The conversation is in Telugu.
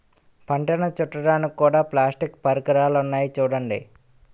పంటను చుట్టడానికి కూడా ప్లాస్టిక్ పరికరాలున్నాయి చూడండి